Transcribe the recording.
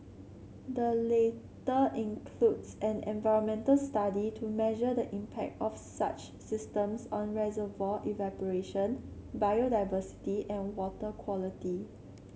the latter includes an environmental study to measure the impact of such systems on reservoir evaporation biodiversity and water quality